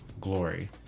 glory